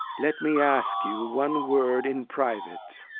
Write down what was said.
let me ask you one word in private.